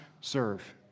serve